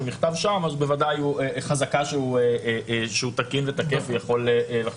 נכתב שם אז חזקה שהוא תקין ותקף ויכול לחול גם כאן.